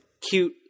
cute